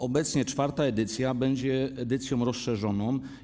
Obecna czwarta edycja będzie edycją rozszerzoną.